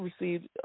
received